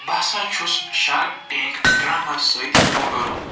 بہٕ ہسا چھُس شارٕک ٹٮ۪نٛک ڈرٛاما سۭتۍ روٗبَرو